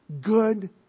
good